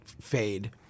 fade